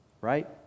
Right